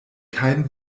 kein